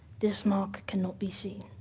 this mark can not be seen.